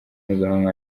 mpuzamahanga